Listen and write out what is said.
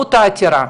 ולמהות העתירה.